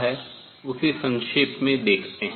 हम उसे संक्षेप में देखतें हैं